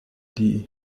die